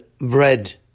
bread